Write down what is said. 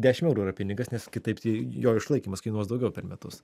dešim eurų yra pinigas nes kitaip tai jo išlaikymas kainuos daugiau per metus